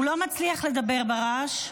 הוא לא מצליח לדבר ברעש.